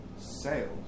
sales